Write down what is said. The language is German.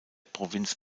provinz